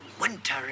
Winter